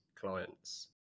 clients